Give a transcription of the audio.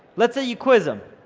let's say you quiz them.